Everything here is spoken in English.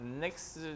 next